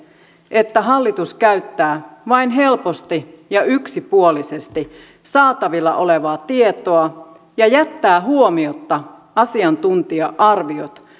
että hallitus käyttää vain helposti ja yksipuolisesti saatavilla olevaa tietoa ja jättää huomiotta asiantuntija arviot